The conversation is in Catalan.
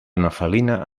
nefelina